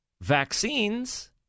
vaccines